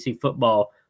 football